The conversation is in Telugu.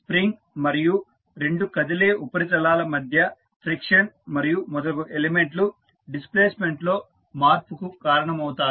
స్ప్రింగ్ మరియు రెండు కదిలే ఉపరితలాల మధ్య ఫ్రిక్షన్ మరియు మొదలగు ఎలిమెంట్లు డిస్ప్లేస్మెంట్ లో మార్పుకు కారణమవుతాయి